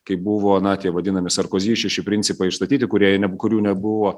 kai buvo na tie vadinami sarkozi šeši principai išstatyti kuriaine kurių nebuvo